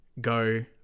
go